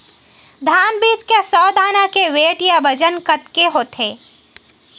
धान बीज के सौ दाना के वेट या बजन कतके होथे?